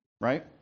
Right